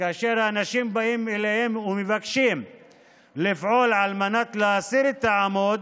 כאשר האנשים באים אליהם ומבקשים לפעול על מנת להסיר את העמוד,